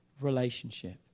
relationship